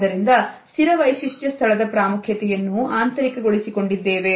ಆದ್ದರಿಂದ ಸ್ಥಿರ ವೈಶಿಷ್ಠ್ಯ ಸ್ಥಳದ ಪ್ರಾಮುಖ್ಯತೆಯನ್ನು ಆಂತರಿಕಗೊಳಿಸಿದ್ದೇವೆ